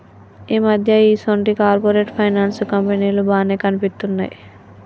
ఈ మధ్య ఈసొంటి కార్పొరేట్ ఫైనాన్స్ కంపెనీలు బానే కనిపిత్తున్నయ్